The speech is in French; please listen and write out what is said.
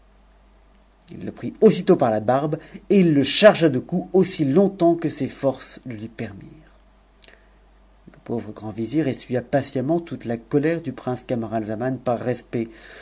c prit aussitôt par la barbe et il le chargea de coups aussi long i c ses forces e lui peruirent le pauvre grand vizir essuya patiemment toute la coière du prince cax t'atxamau par respect